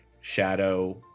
shadow